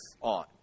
on